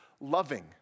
loving